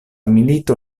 milito